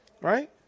Right